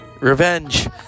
revenge